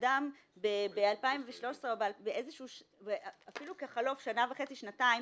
שאדם ב-2013 ואפילו בחלוף שנה וחצי או שנתיים,